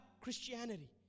Christianity